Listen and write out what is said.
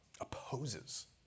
Opposes